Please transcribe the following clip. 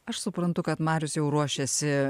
aš suprantu kad marius jau ruošiasi